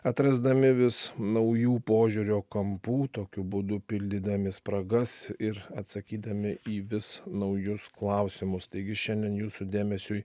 atrasdami vis naujų požiūrio kampų tokiu būdu pildydami spragas ir atsakydami į vis naujus klausimus taigi šiandien jūsų dėmesiui